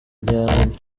igihano